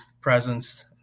presence